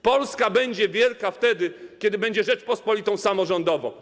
Polska będzie wielka wtedy, kiedy będzie Rzeczpospolitą samorządową.